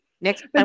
next